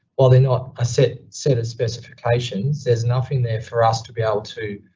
while they're not a set set of specifications, there's enough in there for us to be able to,